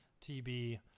TB